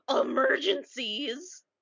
emergencies